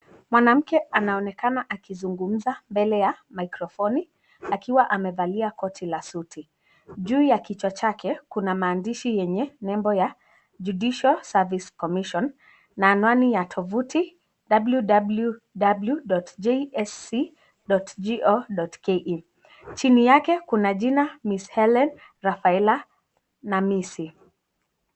Mwanamke anaonekana akizungumza mbele ya mikrofoni, akiwa amevalia koti la suti. Juu ya kichwa chake kuna maandishi yenye nembo ya Judicial Service commission na anwani ya tovuti www.jsc.go.ke . Chini yake kuna jina Ms. Helene Rafaela Namisi.